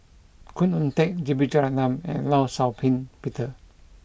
Khoo Oon Teik J B Jeyaretnam and Law Shau Ping Peter